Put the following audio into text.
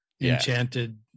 enchanted